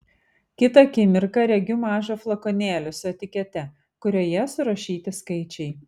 kitą akimirką regiu mažą flakonėlį su etikete kurioje surašyti skaičiai